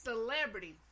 celebrity